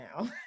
now